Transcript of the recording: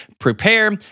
prepare